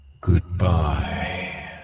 Goodbye